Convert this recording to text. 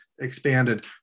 expanded